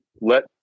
Let